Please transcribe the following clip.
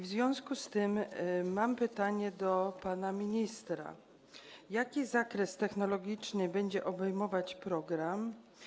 W związku z tym mam pytanie do pana ministra: Jaki zakres technologiczny będzie obejmował program?